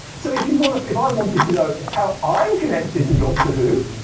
so if you wanna, if if i wanted to know how i'm connected to doctor who,